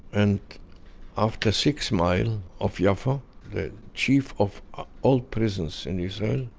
and after six miles of yaffa, the chief of all prisons in israel,